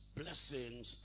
blessings